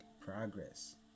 progress